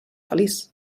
feliç